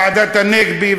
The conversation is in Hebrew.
ועדת הנגבי,